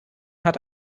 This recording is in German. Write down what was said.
hat